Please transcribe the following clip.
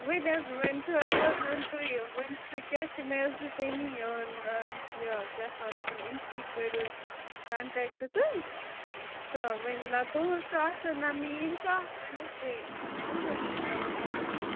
وۅنۍ حظ وۅنۍ تھٲوِو حظ وۅنۍ تُہۍ وۅنۍ سُہ کیٛاہ چھُ مےٚ حظ دیُت تَمی یِہُنٛد یہِ کیٛاہ چھِ دَپُن أمۍسٕے کٔریو کنٹیکٹہٕ تُہۍ تہٕ وۅنۍ تُہٕنٛز کتھ تہٕ میٖٛٲنۍ کتھ تہٕ ترٕٛہ حظ چھُ مےٚ باسان ٹھیٖک